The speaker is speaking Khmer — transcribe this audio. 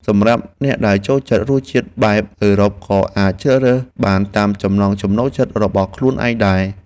សម្រាប់អ្នកដែលចូលចិត្តរសជាតិបែបអឺរ៉ុបក៏អាចជ្រើសរើសបានតាមចំណង់ចំណូលចិត្តរបស់ខ្លួនឯងដែរ។